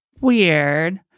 weird